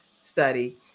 study